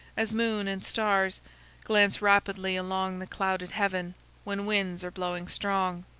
as moon and stars glance rapidly along the clouded heaven when winds are blowing strong.